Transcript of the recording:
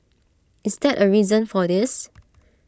is that A reason for this